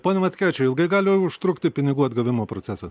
pone mackevičiau ilgai gali užtrukti pinigų atgavimo procesas